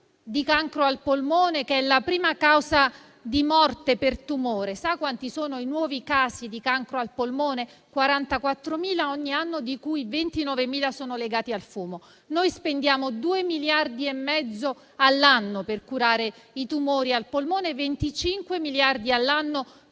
di cancro al polmone, che è la prima causa di morte per tumore: sa quanti sono i nuovi casi di cancro al polmone? Sono 44.000 ogni anno, di cui 29.000 sono legati al fumo. Spendiamo 2,5 miliardi all'anno per curare i tumori al polmone, 25 miliardi all'anno